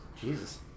Jesus